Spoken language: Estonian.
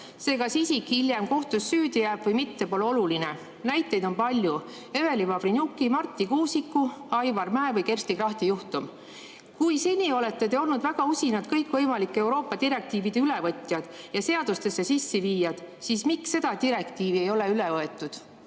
See, kas isik hiljem kohtus süüdi jääb või mitte, pole oluline. Näiteid on palju: Eveli Vavrenjuki, Marti Kuusiku, Aivar Mäe või Kersti Krachti juhtum. Kui seni olete te olnud väga usinad kõikvõimalike Euroopa direktiivide ülevõtjad ja seadustesse sisseviijad, siis miks seda direktiivi ei ole üle võetud?